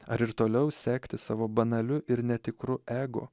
ar ir toliau sekti savo banaliu ir netikru ego